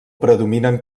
predominen